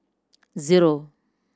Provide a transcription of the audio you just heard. zero